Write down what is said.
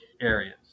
areas